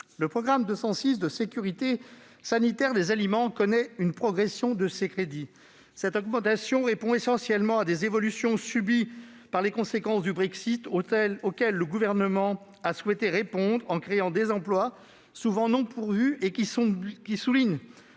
Le programme 206, « Sécurité et qualité sanitaires de l'alimentation », connaît une progression de ses crédits. Elle répond essentiellement à des évolutions subies par les conséquences du Brexit, auxquelles le Gouvernement a souhaité répondre en créant des emplois souvent non pourvus, qui soulignent,